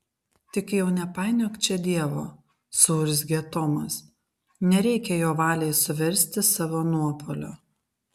tik jau nepainiok čia dievo suurzgė tomas nereikia jo valiai suversti savo nuopuolio